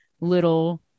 little